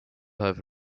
have